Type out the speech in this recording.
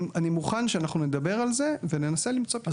אני מוכן שאנחנו נדבר על זה וננסה למצוא.